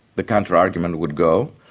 the counterargument would go,